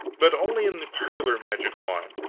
but only in the parlor-magic line,